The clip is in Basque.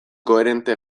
koherente